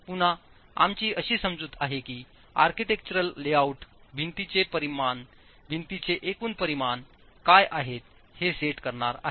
पुन्हा आमची अशी समजूत आहे की आर्किटेक्चरल लेआउट भिंतीचे परिमाण भिंतीचे एकूण परिमाण काय आहेत हे सेट करणार आहे